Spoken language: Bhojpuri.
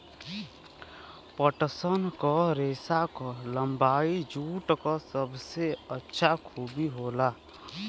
पटसन क रेसा क लम्बाई जूट क सबसे अच्छा खूबी होला